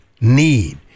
need